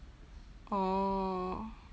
oh